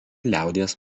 liaudies